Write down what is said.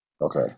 okay